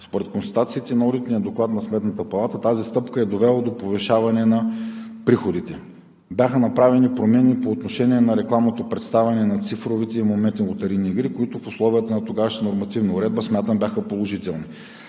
Според констатациите на Одитния доклад на Сметната палата тази стъпка е довела до повишаване на приходите. Бяха направени промени по отношение на рекламното представяне на цифровите и моментни лотарийни игри, които в условията на тогавашната нормативна уредба, смятам, че бяха положителни.